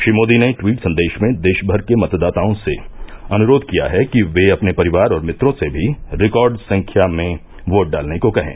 श्री मोदीने टवीट संदेश में देशभर के मतदाताओं से अनुरोध किया कि वे अपने परिवार और मित्रों से भी रिकॉर्ड संख्या में वोट डालने को कहें